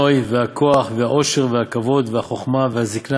הנוי והכוח והעושר והכבוד והחוכמה והזיקנה